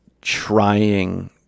trying